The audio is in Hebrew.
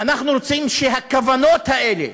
אנחנו רוצים שהכוונות האלה